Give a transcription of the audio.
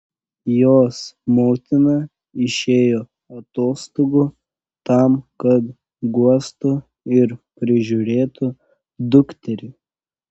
jos motina išėjo atostogų tam kad guostų ir prižiūrėtų dukterį